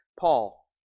Paul